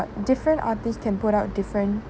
different artist can put out different